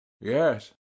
Yes